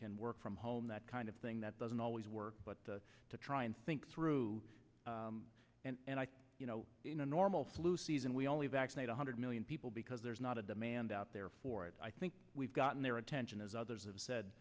can work from home that kind of thing that doesn't always work but to try and think through and i you know in a normal flu season we only vaccinate one hundred million people because there's not a demand out there for it i think we've gotten their attention as others have